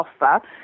offer